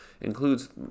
includes